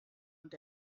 und